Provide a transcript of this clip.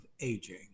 aging